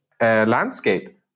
landscape